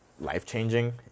life-changing